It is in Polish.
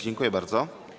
Dziękuję bardzo.